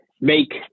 make